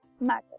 matter